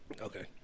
Okay